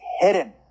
hidden